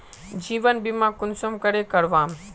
जीवन बीमा कुंसम करे करवाम?